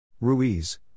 Ruiz